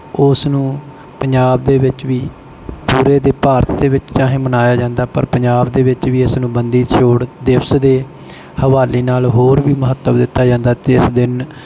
ਉਸ ਨੂੰ ਪੰਜਾਬ ਦੇ ਵਿੱਚ ਵੀ ਪੂਰੇ ਦੇ ਭਾਰਤ ਦੇ ਵਿੱਚ ਚਾਹੇ ਮਨਾਇਆ ਜਾਂਦਾ ਪਰ ਪੰਜਾਬ ਦੇ ਵਿੱਚ ਵੀ ਇਸ ਨੂੰ ਬੰਦੀ ਛੋੜ ਦਿਵਸ ਦੇ ਹਵਾਲੇ ਨਾਲ ਹੋਰ ਵੀ ਮਹੱਤਵ ਦਿੱਤਾ ਜਾਂਦਾ ਅਤੇ ਇਸ ਦਿਨ